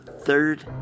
third